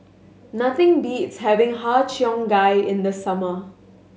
nothing beats having Har Cheong Gai in the summer